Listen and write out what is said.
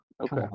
Okay